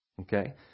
Okay